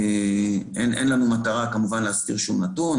אין לנו כמובן מטרה להסתיר שום נתון.